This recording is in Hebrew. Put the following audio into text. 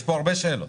יש פה הרבה שאלות.